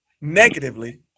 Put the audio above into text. negatively